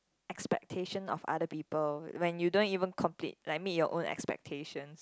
expectation of other people when you don't even complete like meet your own expectation